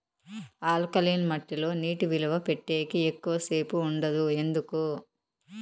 alkaline మట్టి లో నీటి నిలువ పెట్టేకి ఎక్కువగా సేపు ఉండదు ఎందుకు